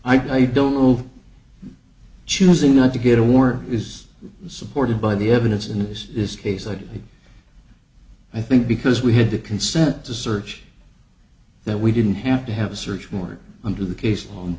i don't know choosing not to get a war is supported by the evidence in this case i do i think because we had a consent to search that we didn't have to have a search warrant under the case